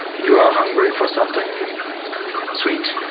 you are hungry for something sweet?